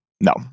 No